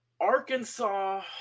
Arkansas